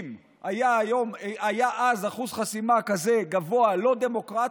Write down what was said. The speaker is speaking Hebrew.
אם היה אז אחוז חסימה כזה גבוה ולא דמוקרטי,